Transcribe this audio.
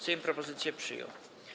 Sejm propozycję przyjął.